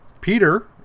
Peter